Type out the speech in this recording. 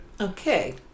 Okay